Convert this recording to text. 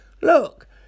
Look